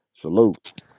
Salute